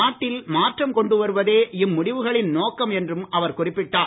நாட்டில் மாற்றம் கொண்டு வருவதே இம்முடிவுகளின் நோக்கம் என்றும் அவர் குறிப்பிட்டார்